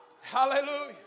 Hallelujah